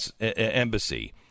embassy